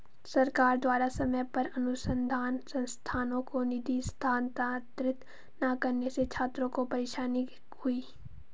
सरकार द्वारा समय पर अनुसन्धान संस्थानों को निधि स्थानांतरित न करने से छात्रों को परेशानी हुई